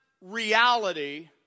reality